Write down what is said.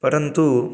परन्तु